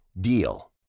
DEAL